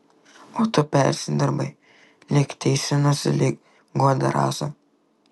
o tu persidirbai lyg teisinosi lyg guodė rasa